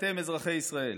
אתם, אזרחי ישראל.